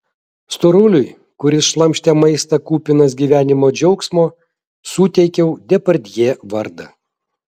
storuliui kuris šlamštė maistą kupinas gyvenimo džiaugsmo suteikiau depardjė vardą